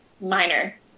Minor